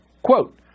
Quote